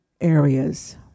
areas